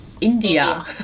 India